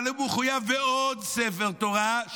והוא מחויב בעוד ספר תורה,